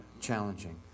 challenging